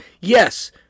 yes